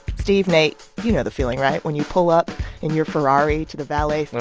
steve, nate, you know the feeling right? when you pull up in your ferrari to the valet and